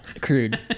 crude